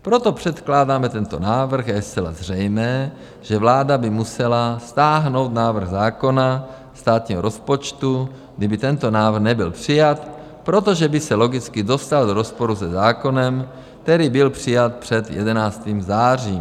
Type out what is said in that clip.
Proto předkládáme tento návrh a je zcela zřejmé, že vláda by musela stáhnout návrh zákona státního rozpočtu, kdyby tento návrh nebyl přijat, protože by se logicky dostal do rozporu se zákonem, který byl přijat před 11. zářím.